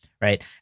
right